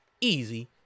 easy